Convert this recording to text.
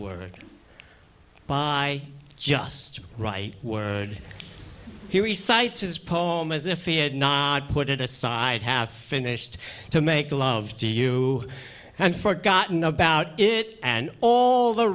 word by just right here he cites his poem as if he had not put it aside have finished to make love to you and forgotten about it and all the